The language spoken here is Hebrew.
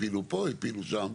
הפילו פה והפילו שם.